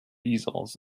easels